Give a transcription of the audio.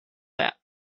bed